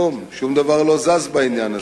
קוראים מחקרים, כלום, שום דבר לא זז בעניין הזה.